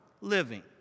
living